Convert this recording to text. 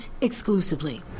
exclusively